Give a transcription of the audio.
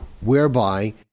whereby